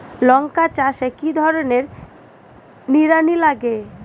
লঙ্কা চাষে কি ধরনের নিড়ানি লাগে?